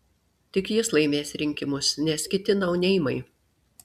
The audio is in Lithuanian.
tik jis laimės rinkimus nes kiti nauneimai